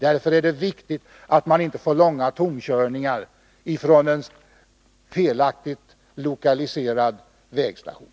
Därför är det viktigt att man inte får långa tomkörningar ifrån en felaktigt lokaliserad vägstation.